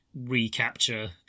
recapture